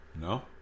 No